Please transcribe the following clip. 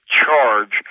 charge